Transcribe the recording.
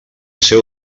seu